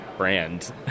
Brand